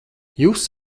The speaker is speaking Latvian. jūs